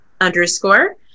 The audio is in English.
underscore